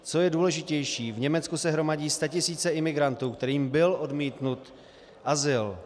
Co je důležitější, v Německu se hromadí statisíce imigrantů, kterým byl odmítnut azyl.